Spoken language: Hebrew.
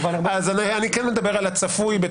אני מדבר על הצפוי.